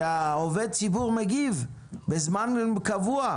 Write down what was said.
עובד ציבור מגיב בזמן קבוע.